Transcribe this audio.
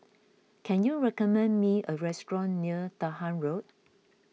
can you recommend me a restaurant near Dahan Road